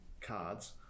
cards